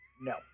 No